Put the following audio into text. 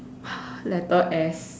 letter S